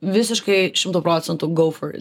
visiškai šimtu procentų gau for it